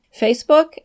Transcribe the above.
Facebook